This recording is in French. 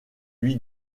lui